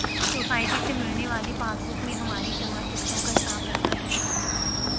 society से मिलने वाली पासबुक में हमारी जमा किश्तों का हिसाब रखना कितना आसान है